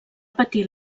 patir